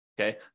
okay